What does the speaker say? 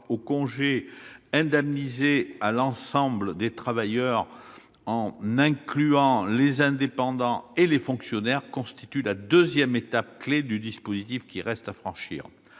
au congé indemnisé à l'ensemble des travailleurs, en incluant les indépendants et les fonctionnaires, constitue la deuxième étape clé du dispositif qu'il reste à franchir.